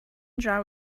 draw